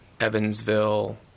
evansville